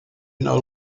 know